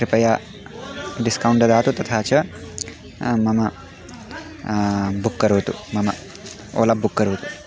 कृपया डिस्कौण्ट् ददातु तथा च मम बुक् करोतु मम ओला बुक् करोतु